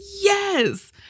Yes